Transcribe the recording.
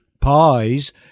Pies